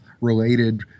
related